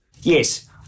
Yes